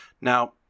Now